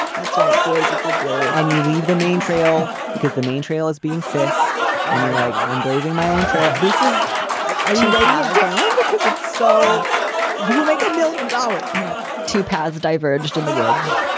that's right. boys equal blue. and you leave the main trail because the main trail is being sis and my leg. i'm blazing my own trail. this is ask ah you right down because it's so you will make a million dollars. yeah two paths diverged in the woods.